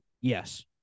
Yes